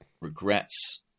regrets